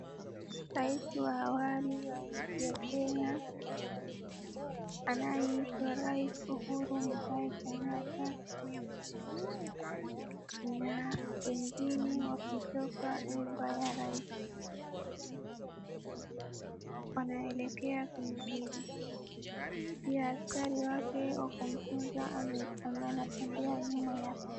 Rais wa awali wa nchi ya Kenya. Anayeitwa rais Uhuru Muigai Kenyatta, na wengine wakitoka nyumba ya rais. Wanaelekea kwingine. Pia askari wake wa kumtunza ambaye anatembea nyuma yake.